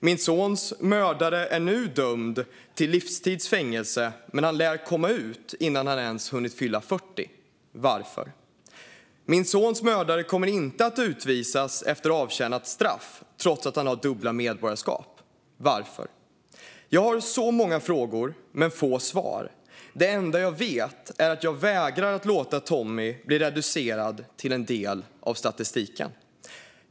Min sons mördare är nu dömd till livstids fängelse men han lär komma ut innan han ens hunnit fylla 40, varför? Min sons mördare kommer inte att utvisas efter avtjänat straff trots att han har dubbla medborgarskap, varför? Jag har så många frågor men få svar, det enda jag vet är att jag vägrar att låta Tommie bli reducerad till en del av statistiken.